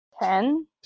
Ten